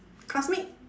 classmate